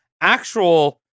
actual